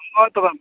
ᱦᱳᱭ ᱛᱚᱵᱮ